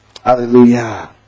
Hallelujah